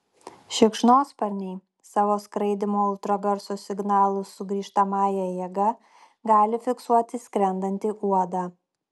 šikšnosparniai savo skraidymo ultragarso signalų sugrįžtamąja jėga gali fiksuoti skrendantį uodą